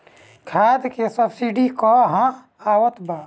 खाद के सबसिडी क हा आवत बा?